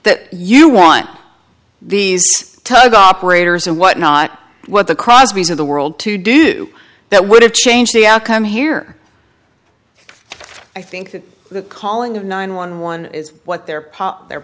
that you want these tug operators and what not what the crosby's of the world to do that would have changed the outcome here i think that the calling of nine one one is what their